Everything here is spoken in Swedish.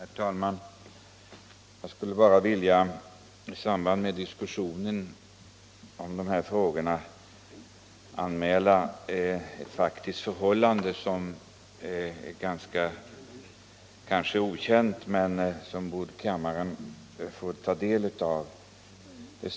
Herr talman! Jag skulle bara i samband med diskussionen om de här frågorna vilja anmäla ett faktiskt förhållande som kanske är okänt men som kammaren borde få ta del av.